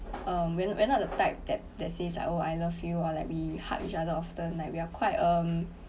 uh we're we're not the type that that says like oh I love you or like we hug each other often like we are quite um